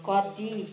कति